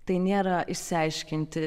tai nėra išsiaiškinti